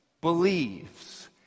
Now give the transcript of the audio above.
believes